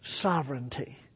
sovereignty